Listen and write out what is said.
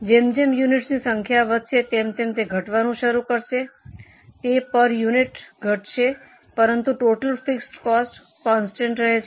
જેમ જેમ યુનિટસની સંખ્યા વધશે તેમ તેમ તે ઘટવાનું શરૂ થશે તે પર યુનિટ ઘટશે પરંતુ ટોટલ ફિક્સ કોસ્ટ કોન્સ્ટન્ટ રહે છે